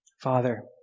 Father